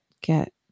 get